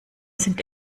sind